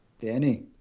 Danny